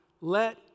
let